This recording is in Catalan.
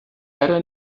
ara